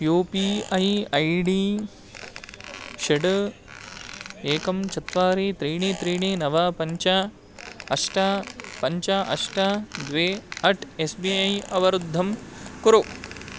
you P I I D षड् एकं चत्वारि त्रीणि त्रीणि नव पञ्च अष्ट पञ्च अष्ट द्वे अट् एस् बी ऐ अवरुद्धं कुरु